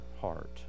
heart